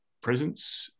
presence